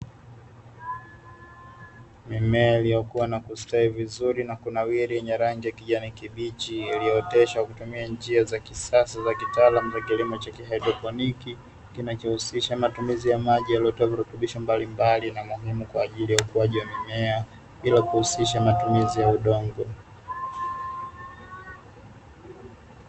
Mimea iliyokua na kustawi na kunawiri vizuri yenye rangi ya kijani kibichi iliyooteshwa kwa kutumia njia za kisasa za kilimo cha kitaalamu cha haidroponi, kinachohusisha maji yaliyotiwa virutubisho mbalimbali na muhimu kwa ajili ya ukuaji wa mimea bila kuhusisha matumizi ya udongo.